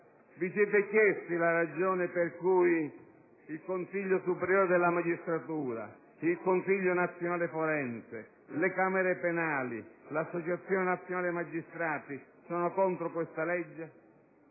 Vi siete chiesti la ragione per cui il Consiglio superiore della magistratura, il Consiglio nazionale forense, le Camere penali e l'Associazione nazionale magistrati sono contro questa legge?